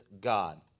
God